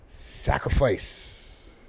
Sacrifice